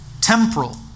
temporal